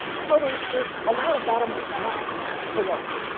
so there's there's a lot about him that's not heroic.